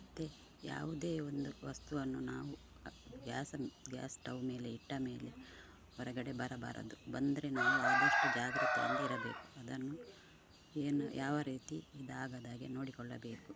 ಯಾವುದೇ ಒಂದು ವಸ್ತುವನ್ನು ನಾವು ಗ್ಯಾಸನ್ನು ಗ್ಯಾಸ್ ಸ್ಟೌವ್ ಮೇಲೆ ಇಟ್ಟ ಮೇಲೆ ಹೊರಗಡೆ ಬರಬಾರದು ಬಂದರೆ ನಾವು ಆದಷ್ಟು ಜಾಗ್ರತೆಯಿಂದ ಇರಬೇಕು ಅದನ್ನು ಏನು ಯಾವ ರೀತಿ ಇದಾಗದ ಹಾಗೆ ನೋಡಿಕೊಳ್ಳಬೇಕು